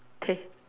K